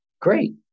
Great